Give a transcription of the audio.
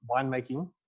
winemaking